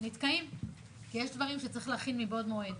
נתקעים, כי יש דברים שצריך להכין מבעוד מועד.